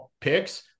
picks